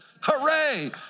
Hooray